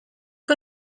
que